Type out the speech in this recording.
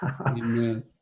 Amen